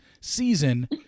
season